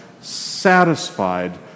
satisfied